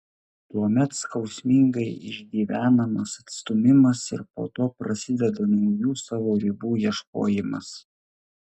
tuomet skausmingai išgyvenamas atstūmimas ir po to prasideda naujų savo ribų ieškojimas